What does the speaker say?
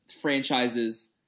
franchises